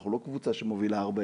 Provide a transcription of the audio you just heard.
אנחנו לא קבוצה שמובילה 0:4,